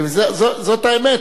זאת האמת.